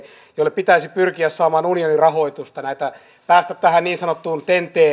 joille pitäisi pyrkiä saamaan unionin rahoitusta päästä tähän niin sanottuun ten t